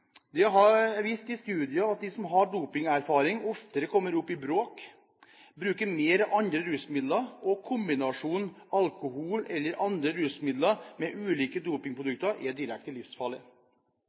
Det er vist i studier at de som har dopingerfaring, oftere kommer opp i bråk og bruker mer av andre rusmidler. Kombinasjonen av alkohol eller andre rusmidler og ulike